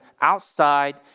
outside